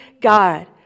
God